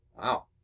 Wow